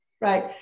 right